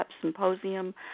symposium